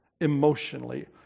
emotionally